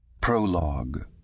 Prologue